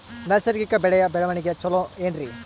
ನೈಸರ್ಗಿಕ ಬೆಳೆಯ ಬೆಳವಣಿಗೆ ಚೊಲೊ ಏನ್ರಿ?